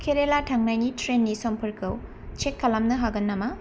केराला थांनायनि ट्रैननि समफोरखौ चेक खालामनो हागोन नामा